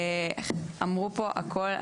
אמרו פה הכל.